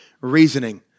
reasoning